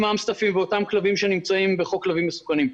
אמסטפים ואותם כלבים שנמצאים בחוק כלבים מסוכנים.